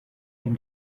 dem